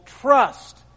trust